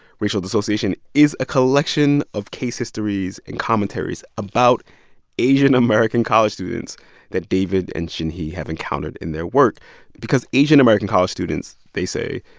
racial dissociation is a collection of case histories and commentaries about asian american college students that david and shinhee have encountered in their work because asian american college students, they say,